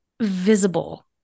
visible